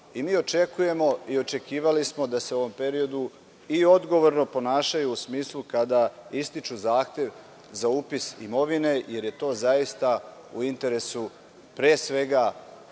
očekujemo i očekivali smo da se u ovom periodu i odgovorno ponašaju, u smislu kada ističu zahtev za upis imovine, jer je to zaista u interesu pre svega